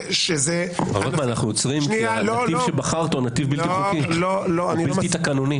אנחנו עוצרים כי הנתיב שבחרת הוא נתיב בלתי חוקי ובלתי תקנוני.